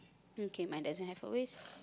okay mine doesn't have a waste